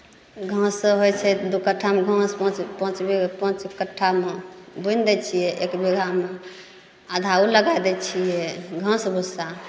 घास होइ छै दू कट्ठामे घास पाॅंच पाॅंच बिगहा पाॅंच कट्ठामे बुनि दै छियै एक बिगहामे आधा ओ लगा दै छियै घास भुस्सा